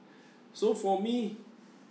so for me